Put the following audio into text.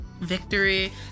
victory